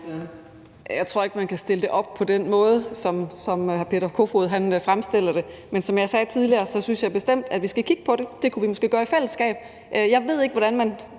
Jeg tror ikke, at man kan stille det op på den måde, som hr. Peter Kofod fremstiller det. Men som jeg sagde tidligere, synes jeg bestemt, at vi skal kigge på det. Det kunne vi måske gøre i fællesskab. Jeg ved ikke, hvordan man